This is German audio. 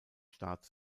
staat